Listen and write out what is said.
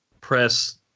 press